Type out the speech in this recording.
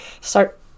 start